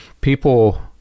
people